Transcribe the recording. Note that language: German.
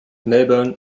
melbourne